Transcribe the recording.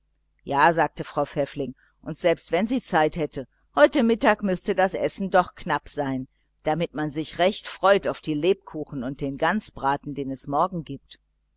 ja sagte frau pfäffling und selbst wenn sie zeit hätte heute mittag müßte das essen doch knapp sein damit man sich recht freut auf die lebkuchen und auf den gansbraten den es morgen gibt